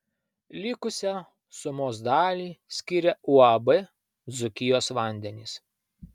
likusią sumos dalį skiria uab dzūkijos vandenys